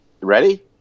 Ready